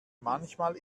manchmal